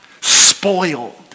spoiled